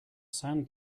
sand